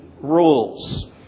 rules